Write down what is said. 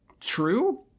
true